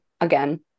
Again